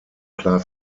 klar